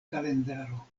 kalendaro